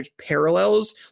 parallels